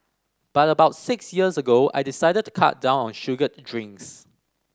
but about six years ago I decided to cut down on sugared drinks